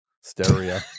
stereo